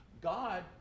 God